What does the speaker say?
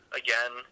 again